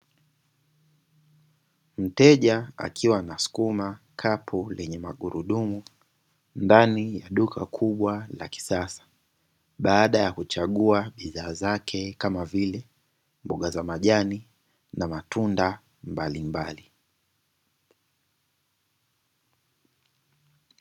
Mteja akiwa anasukuma kapu lenye magurudumu ndani ya duka kubwa la kisasa, baada ya kuchagua bidhaa zake kama vile; mboga za majani na matunda mbalimbali.